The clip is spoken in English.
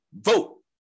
vote